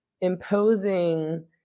imposing